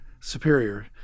superior